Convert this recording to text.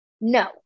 No